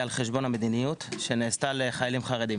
על חשבון המדיניות שנעשתה לחיילים חרדים.